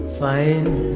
find